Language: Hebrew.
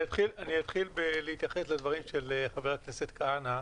אתחיל בהתייחסות לדברים של חבר הכנסת כהנא.